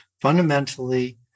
fundamentally